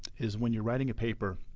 is when you're writing a paper,